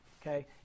okay